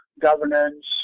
governance